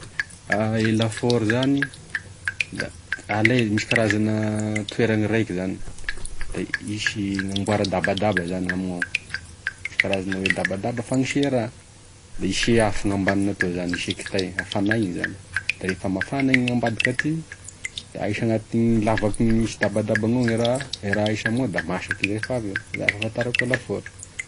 E lafôry zany, da alay misy karazana toeragny raiky zany da hisy agnambora dabadaba, zany gnamign'ao misy karazana hoe dabadaba fagnisiha raha, da hise afo zany gnambadiky atoa, hise kitay, hafanay zany ,da rehefa mafana zany gn'ambadiky aty ka ahisy agnatinigny lavaky misy dabadaba igny e raha e raha ahisy amign'ao da masaky izy rehefa avy eo, iza e fahafantarako e lafôry.